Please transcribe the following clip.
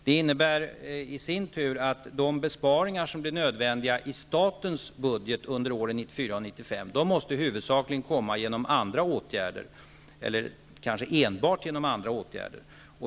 Det innebär i sin tur att de besparingar som blir nödvändiga i statens budget under åren 1994 och 1995 huvudsakligen, eller kanske enbart, måste göras genom andra åtgärder.